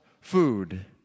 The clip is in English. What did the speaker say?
food